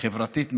חברתית מאוד,